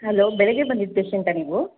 hello ಬೆಳಿಗ್ಗೆ ಬಂದಿದ್ದ ಪೇಷೆಂಟಾ ನೀವು